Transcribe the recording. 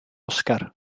oscar